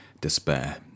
despair